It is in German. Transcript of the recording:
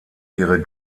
ihre